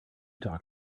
talk